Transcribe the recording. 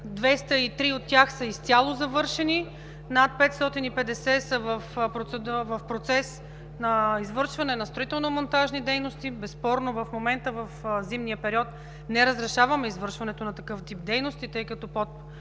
три от тях са изцяло завършени, над 550 са в процес на извършване на строително-монтажни дейности. Безспорно в момента в зимния период не разрешаваме извършването на такъв тип дейности, тъй като при